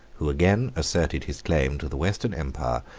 who again asserted his claim to the western empire,